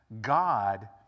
God